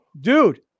dude